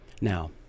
now